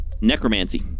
Necromancy